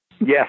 Yes